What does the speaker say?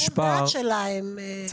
שיקול הדעת שלהם --- אדוני,